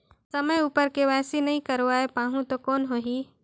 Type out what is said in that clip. समय उपर के.वाई.सी नइ करवाय पाहुं तो कौन होही?